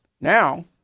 now